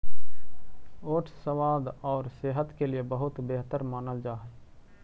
oats स्वाद और सेहत के लिए बहुत बेहतर मानल जा हई